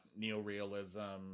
neorealism